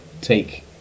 take